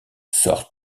sort